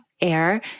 air